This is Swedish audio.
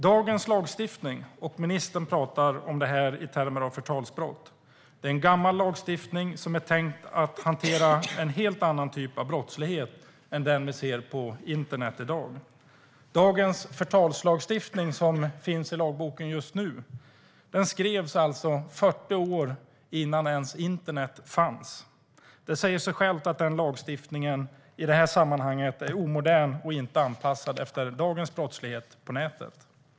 Dagens lagstiftning och ministern talar om det här i termer av förtalsbrott. Det är en gammal lagstiftning som är tänkt att hantera en helt annan typ av brottslighet än den vi ser på internet i dag. Dagens förtalslagstiftning, den som finns i lagboken just nu, skrevs 40 år innan internet ens fanns. Det säger sig självt att den lagstiftningen i det här sammanhanget är omodern och inte anpassad till dagens brottslighet på nätet.